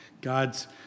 God's